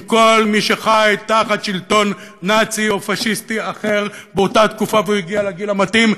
כל מי שחי תחת שלטון נאצי או פאשיסטי אחר באותה תקופה והגיע לגיל המתאים,